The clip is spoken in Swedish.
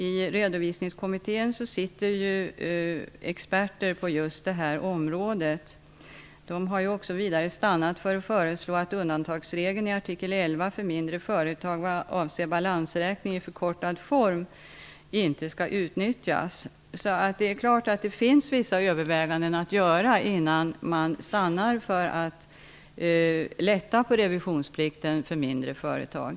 I Redovisningskommittén sitter ju experter på just detta område. De har också stannat för att föreslå att undantagsregeln i Artikel 11 för mindre företag vad avser balansräkning i förkortad form inte skall utnyttjas. Det finns alltså vissa överväganden att göra, innan man stannar för att lätta på revisionsplikten för mindre företag.